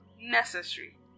necessary